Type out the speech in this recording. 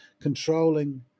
controlling